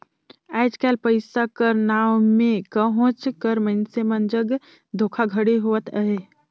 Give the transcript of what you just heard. आएज काएल पइसा कर नांव में कहोंच कर मइनसे मन जग धोखाघड़ी होवत अहे